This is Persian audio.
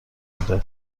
بوده